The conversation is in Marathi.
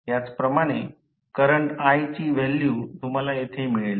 त्याचप्रमाणे करंट i ची व्हॅल्यू तुम्हाला येथे मिळेल